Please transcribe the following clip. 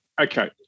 Okay